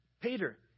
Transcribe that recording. Peter